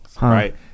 right